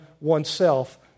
oneself